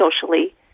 socially